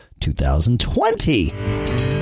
2020